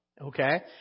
okay